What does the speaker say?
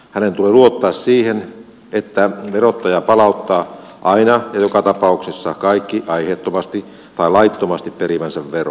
hänen tulee luottaa siihen että verottaja palauttaa aina ja joka tapauksessa kaikki aiheettomasti tai laittomasti perimänsä verot